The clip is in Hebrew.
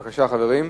בבקשה, חברים,